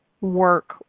work